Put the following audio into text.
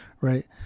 right